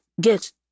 get